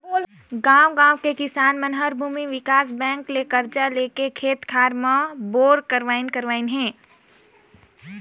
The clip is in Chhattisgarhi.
गांव गांव के किसान मन हर भूमि विकास बेंक ले करजा लेके खेत खार मन मे बोर करवाइन करवाइन हें